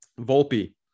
Volpe